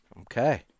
Okay